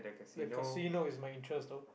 the casino is my interest though